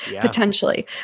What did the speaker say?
potentially